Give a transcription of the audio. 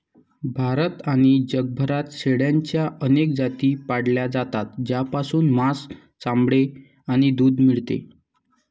भारतात आणि जगभरात शेळ्यांच्या अनेक जाती पाळल्या जातात, ज्यापासून मांस, चामडे आणि दूध मिळते